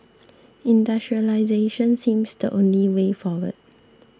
industrialisation seems the only way forward